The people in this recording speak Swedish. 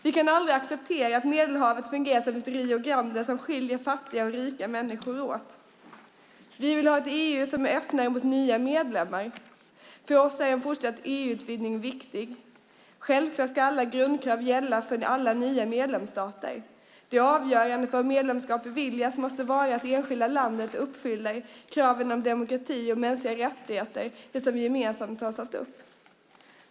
Vi kan aldrig acceptera att Medelhavet fungerar som ett Rio Grande som skiljer fattiga och rika människor åt. Vi vill ha ett EU som är öppnare mot nya medlemmar. För oss är en fortsatt EU-utvidgning viktig. Självklart ska alla grundkrav gälla för alla nya medlemsstater. Det avgörande för om medlemskap beviljas måste vara att det enskilda landet uppfyller kraven på demokrati och mänskliga rättigheter, de som vi gemensamt har satt upp.